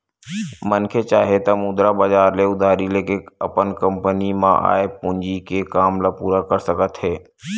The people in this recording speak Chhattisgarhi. मनखे चाहे त मुद्रा बजार ले उधारी लेके अपन कंपनी म आय पूंजी के काम ल पूरा कर सकत हे